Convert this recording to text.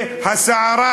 והסערה,